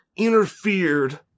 interfered